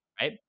right